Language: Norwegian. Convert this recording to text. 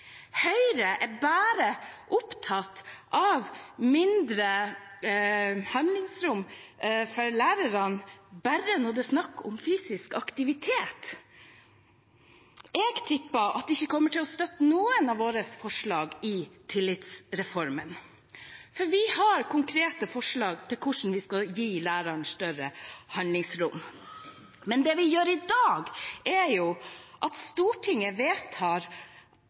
Høyre er bare opptatt av mindre handlingsrom for lærerne når det er snakk om fysisk aktivitet. Jeg tipper at de ikke kommer til å støtte noen av våre forslag i tillitsreformen. For vi har konkrete forslag til hvordan vi skal gi læreren større handlingsrom. Men det vi gjør i dag, er at Stortinget